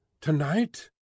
Tonight